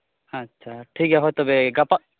ᱟᱪᱪᱷᱟ ᱴᱷᱤᱠᱜᱮᱭᱟ ᱦᱳᱭ ᱛᱚᱵᱮ ᱜᱟᱯᱟ